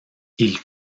ils